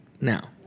now